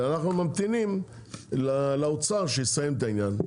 ואנחנו ממתינים לאוצר שיסיים את העניין.